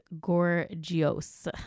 gorgeous